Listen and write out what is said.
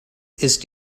ist